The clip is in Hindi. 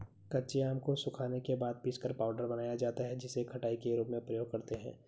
कच्चे आम को सुखाने के बाद पीसकर पाउडर बनाया जाता है जिसे खटाई के रूप में प्रयोग करते है